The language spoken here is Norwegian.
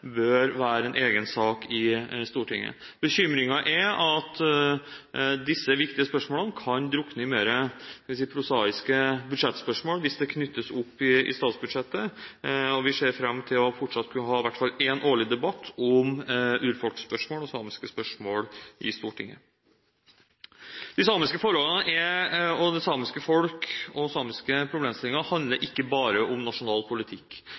bør være en egen sak i Stortinget. Bekymringen er at disse viktige spørsmålene kan drukne i mer – skal vi si – prosaiske budsjettspørsmål hvis de knyttes opp i statsbudsjettet. Vi ser fram til fortsatt å skulle ha i hvert fall én årlig debatt om urfolksspørsmål og samiske spørsmål i Stortinget. De samiske forholdene, det samiske folk og samiske problemstillinger handler ikke bare om nasjonal politikk